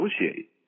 negotiate